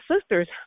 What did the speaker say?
sister's